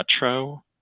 retro